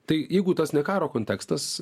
tai jeigu tas ne karo kontekstas